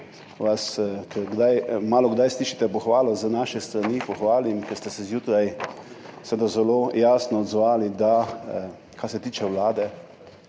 ker malokdaj slišite pohvalo z naše strani, pohvalim, ker ste se zjutraj zelo jasno odzvali, kar se tiče vlade,